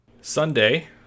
Sunday